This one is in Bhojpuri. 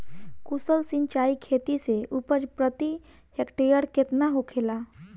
कुशल सिंचाई खेती से उपज प्रति हेक्टेयर केतना होखेला?